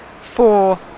four